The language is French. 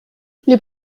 les